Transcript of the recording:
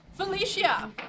Felicia